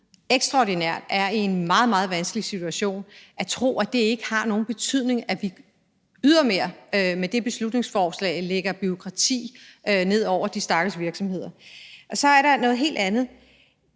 nu ekstraordinært er i en meget, meget vanskelig situation, at tro, at det ikke har nogen betydning, at vi ydermere med det beslutningsforslag lægger bureaukrati ned over de stakkels virksomheder. Så er der noget helt andet.